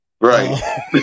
Right